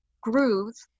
grooves